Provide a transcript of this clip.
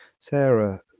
Sarah